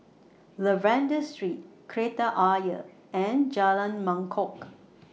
Lavender Street Kreta Ayer and Jalan Mangkok